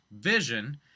vision